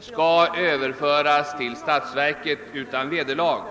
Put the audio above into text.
skall överföras till statsverket utan vederlag.